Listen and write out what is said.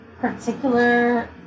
particular